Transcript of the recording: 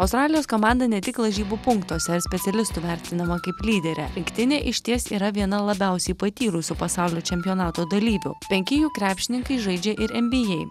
australijos komanda ne tik lažybų punktuose ar specialistų vertinama kaip lyderė rinktinė išties yra viena labiausiai patyrusių pasaulio čempionato dalyvių penki jų krepšininkai žaidžia ir nba